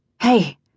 Hey